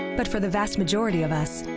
but for the vast majority of us,